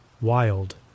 wild